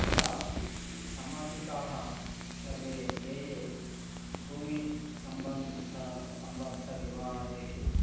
तदा सामाजिकाः सर्वे ये ये भूमि सम्बन्धसम्बद्धविवादेषु